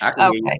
Okay